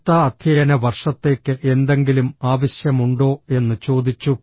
അടുത്ത അധ്യയന വർഷത്തേക്ക് എന്തെങ്കിലും ആവശ്യമുണ്ടോ എന്ന് ചോദിച്ചു